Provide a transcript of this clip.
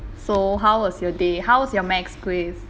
so how was your day how was your mathematics quiz